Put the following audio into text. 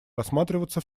рассматриваться